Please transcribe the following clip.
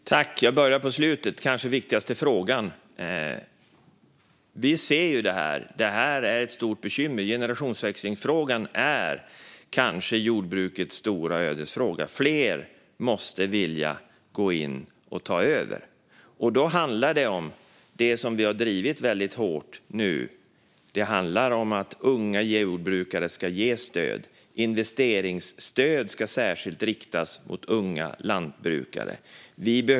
Fru talman! Jag börjar på slutet med den kanske viktigaste frågan: Vi ser det här, och det är ett stort bekymmer. Generationsväxlingsfrågan är kanske jordbrukets stora ödesfråga. Fler måste vilja gå in och ta över. Då handlar det om det som vi har drivit väldigt hårt nu, nämligen att unga jordbrukare ska ges stöd. Investeringsstöd ska särskilt riktas mot unga lantbrukare.